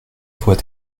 voix